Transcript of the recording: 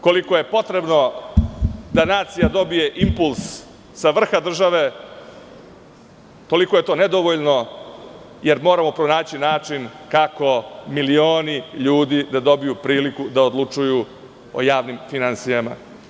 Koliko je potrebno da nacija dobije impuls sa vrha države, toliko je to nedovoljno jer moramo pronaći način kako milioni ljudi da dobiju priliku da odlučuju o javnim finansijama.